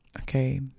okay